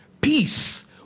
peace